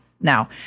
Now